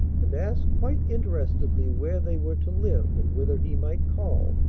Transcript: and asked quite interestedly where they were to live and whether he might call.